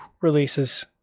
releases